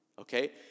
Okay